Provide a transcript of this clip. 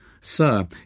Sir